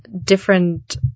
different